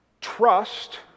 trust